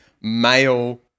male